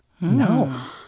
No